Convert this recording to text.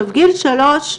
גיל שלוש,